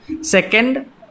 Second